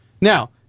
Now